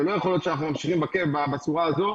זה לא יכול להיות שאנחנו ממשיכים בצורה הזו,